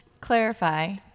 clarify